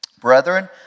Brethren